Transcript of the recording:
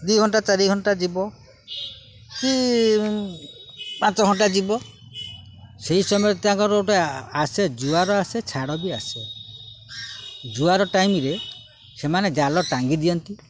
ଦି ଘଣ୍ଟା ଚାରି ଘଣ୍ଟା ଯିବ କି ପାଞ୍ଚ ଘଣ୍ଟା ଯିବ ସେଇ ସମୟରେ ତାଙ୍କର ଗୋଟେ ଆସେ ଜୁଆର ଆସେ ଛାଡ଼ ବି ଆସେ ଜୁଆର ଟାଇମରେ ସେମାନେ ଜାଲ ଟାଙ୍ଗି ଦିଅନ୍ତି